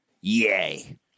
Yay